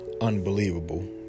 unbelievable